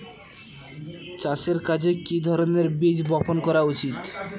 চাষের কাজে কি ধরনের বীজ বপন করা উচিৎ?